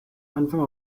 anfang